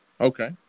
Okay